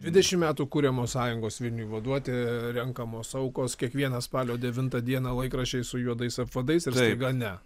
dvidešimt metų kuriamos sąjungos vilniui vaduoti renkamos aukos kiekvieną spalio devintą dieną laikraščiai su juodais apvadais ir staiga ne